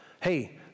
hey